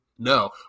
No